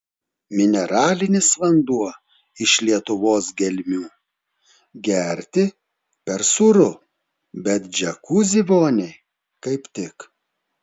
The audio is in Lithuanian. mineralinis vanduo iš lietuvos gelmių gerti per sūru bet džiakuzi voniai kaip tik